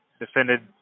defended